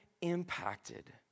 impacted